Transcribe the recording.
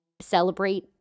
celebrate